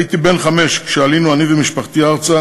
הייתי בן חמש כשעלינו, משפחתי ואני, ארצה